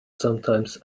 sometimes